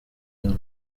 hano